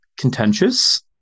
contentious